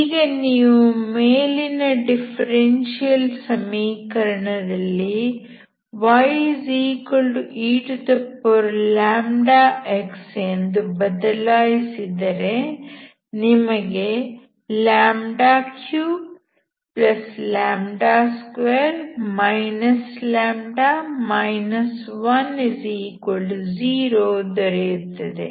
ಈಗ ನೀವು ಮೇಲಿನ ಡಿಫರೆನ್ಸಿಯಲ್ ಸಮೀಕರಣದಲ್ಲಿ yeλx ಎಂದು ಬದಲಾಯಿಸಿದರೆ ನಿಮಗೆ 32 λ 10 ದೊರೆಯುತ್ತದೆ